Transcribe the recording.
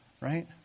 Right